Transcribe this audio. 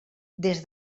des